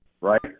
right